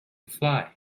fly